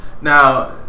Now